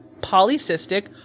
Polycystic